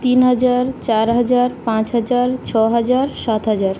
তিন হাজার চার হাজার পাঁচ হাজার ছ হাজার সাত হাজার